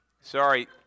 Sorry